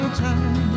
time